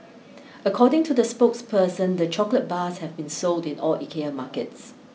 according to the spokesperson the chocolate bars have been sold in all Ikea markets